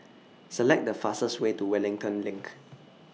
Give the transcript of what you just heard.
Select The fastest Way to Wellington LINK